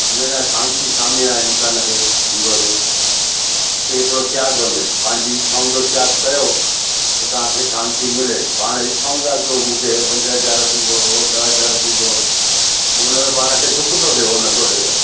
हुन जा शांती छा में आहे इंसान खे जीव खे ते हिकिड़ो त्याग में पंहिंजी इच्छाउनि जो त्याग कयो त तव्हांखे शांती मिले पाणि इच्छाऊं था कयूं मूंखे इहो पंज हज़ार ॾींदो ॾह हज़ार ॾींदो पोइ हुन में पाण खे दुख थो थिए उहो नथो ॾे त